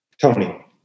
Tony